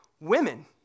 Women